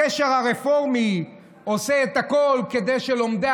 הקשר הרפורמי עושה את הכול כדי שלומדי